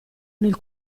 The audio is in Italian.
nel